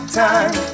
time